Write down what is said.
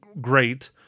great